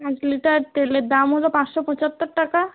পাঁচ লিটার তেলের দাম হলো পাঁচশো পঁচাত্তর টাকা